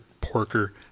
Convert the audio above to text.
Porker